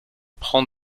prend